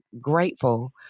grateful